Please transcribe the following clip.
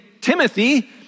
Timothy